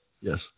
Yes